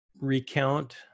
recount